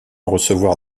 recevoir